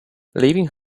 leaving